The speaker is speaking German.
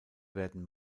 werden